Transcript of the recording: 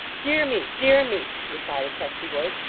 dear me, dear me replied a testy voice,